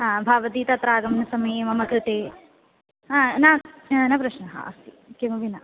हा भवती तत्र आगमनसमये मम कृते ह न न प्रश्नः अस्ति किमपि न